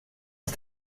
aus